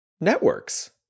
networks